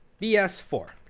b s four.